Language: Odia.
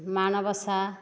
ମାଣବସା